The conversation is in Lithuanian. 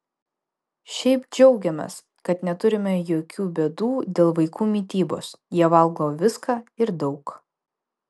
šiaip džiaugiamės kad neturime jokių bėdų dėl vaikų mitybos jie valgo viską ir daug